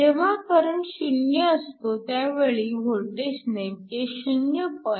जेव्हा करंट 0 असतो त्यावेळी वोल्टेज नेमके 0